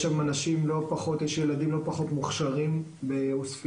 יש שם אנשים וילדים לא פחות מוכשרים בעוספיה,